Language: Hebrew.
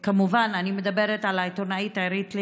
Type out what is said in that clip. כמובן שאני מדברת על העיתונאית עירית לינור,